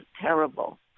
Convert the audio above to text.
terrible